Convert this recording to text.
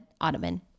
ottoman